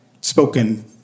spoken